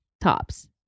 tops